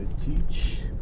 teach